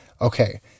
Okay